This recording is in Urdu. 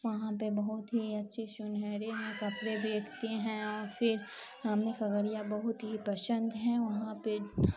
وہاں پہ بہت ہی اچھے سنہرے ہیں کپڑے دیکھتے ہیں اور پھر ہم نے کھگڑیا بہت ہی پسند ہیں وہاں پہ